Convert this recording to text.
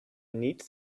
neat